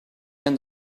end